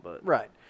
Right